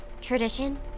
Tradition